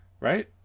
right